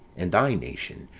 and thy nation,